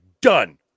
done